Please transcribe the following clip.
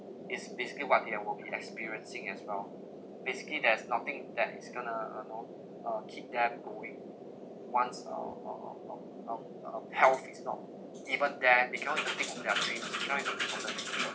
it's basically what they will be experiencing as well basically there's nothing that is going to uh you know uh keep them going once uh uh um um um health is not even there because they can only think of their dream they can't even keep it going